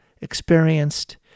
experienced